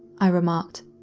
i remarked.